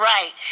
Right